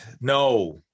no